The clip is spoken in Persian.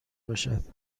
باشد